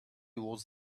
was